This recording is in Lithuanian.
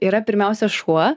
yra pirmiausia šuo